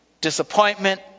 disappointment